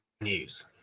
News